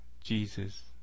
Jesus